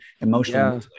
emotionally